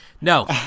No